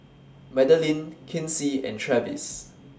Madelynn Kinsey and Travis